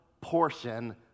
portion